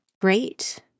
Great